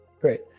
Great